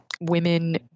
women